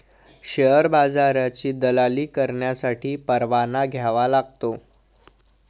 share बाजाराची दलाली करण्यासाठी परवाना घ्यावा लागतो